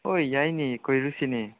ꯍꯣꯏ ꯌꯥꯏꯅꯦ ꯀꯣꯏꯔꯨꯁꯤꯅꯦ